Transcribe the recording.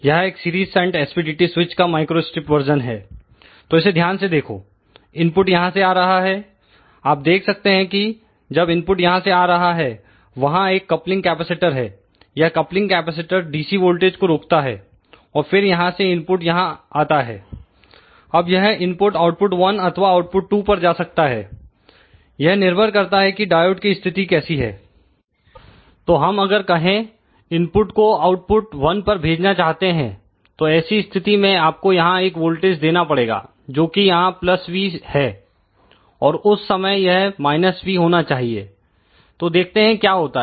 यह एक series shunt SPDT switch का माइक्रो स्ट्रिप वर्जन है तो इसे ध्यान से देखो इनपुट यहां से आ रहा है आप देख सकते हैं कि जब इनपुट यहां से आ रहा है वहां एक कपलिंग कैपेसिटर है यह कपलिंग कैपेसिटर DC वोल्टेज को रोकता है और फिर यहां से इनपुट यहां आता है अब यह इनपुट आउटपुट 1 अथवा आउटपुट 2 पर जा सकता है यह निर्भर करता है कि डायोड की स्थिति कैसी है तो हम अगर कहें इनपुट को आउटपुट 1 पर भेजना चाहते हैं तो ऐसी स्थिति में आपको यहां एक वोल्टेज देना पड़ेगा जोकि यहां V है और उस समय यह V होना चाहिए तो देखते हैं क्या होता है